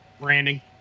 Branding